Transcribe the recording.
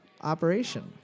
operation